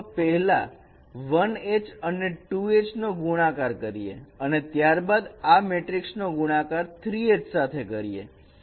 અથવા પેહેલા 1 H અને 2 H નો ગુણાકાર કરીએ અને ત્યારબાદ આ મેટ્રિક્સ નો ગુણાકાર 3 H સાથે કરીએ